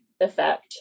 effect